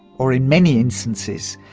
or in many instances,